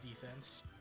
defense